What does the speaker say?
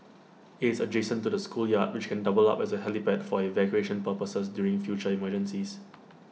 IT is adjacent to the schoolyard which can double up as A helipad for evacuation purposes during future emergencies